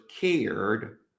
cared